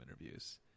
interviews